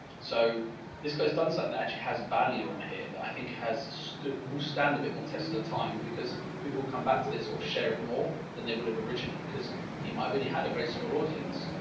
so this guy's done something that and actually has value on here that i think has stood, will stand a bit more test at a time because people will come back to this or share it more than they would have originally because he might have only had a very small audience.